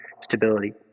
stability